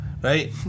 Right